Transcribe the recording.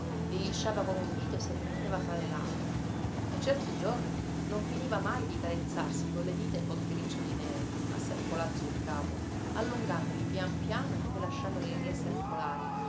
li lisciava con un dito e se li metteva fra le labbra e certi giorni non finiva mai di carezzarsi con le dita i folti riccioli neri asserpolati sul capo allungandoli pian piano e poi lasciandoli riasserpolare